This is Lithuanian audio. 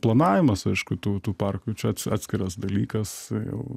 planavimas aišku tų tų parkų čia atskiras dalykas jau